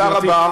גברתי,